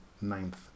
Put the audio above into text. ninth